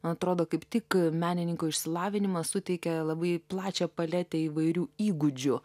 man atrodo kaip tik menininko išsilavinimas suteikia labai plačią paletę įvairių įgūdžių